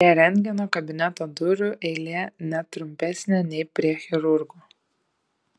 prie rentgeno kabineto durų eilė ne trumpesnė nei prie chirurgo